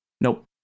nope